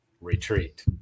retreat